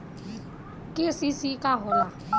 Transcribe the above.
KCC का होला?